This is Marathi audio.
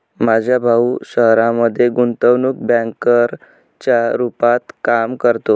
माझा भाऊ शहरामध्ये गुंतवणूक बँकर च्या रूपात काम करतो